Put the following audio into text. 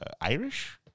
Irish